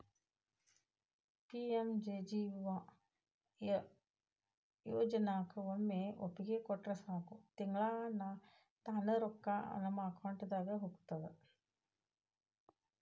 PMJJBY ಯೋಜನಾಕ ಒಮ್ಮೆ ಒಪ್ಪಿಗೆ ಕೊಟ್ರ ಸಾಕು ತಿಂಗಳಾ ತಾನ ರೊಕ್ಕಾ ನಮ್ಮ ಅಕೌಂಟಿದ ಹೋಗ್ತದ